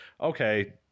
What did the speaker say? okay